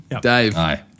Dave